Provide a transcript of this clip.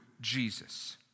Jesus